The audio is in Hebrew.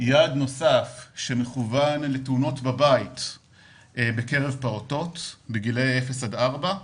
יעד נוסף שמכוון לתאונות בבית בקרב פעוטות בגילאי 0 עד 4,